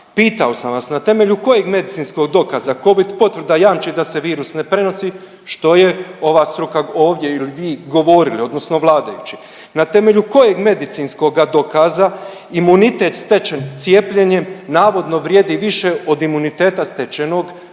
Pitao sam vas na temelju kojeg medicinskog dokaza covid potvrda jamči da se virus ne prenosi, što je ova struka ovdje ili vi govorili odnosno vladajući, na temelju kojeg medicinskoga dokaza imunitet stečen cijepljenjem navodno vrijedi više od imuniteta stečenog preboljenjem.